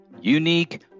Unique